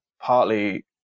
partly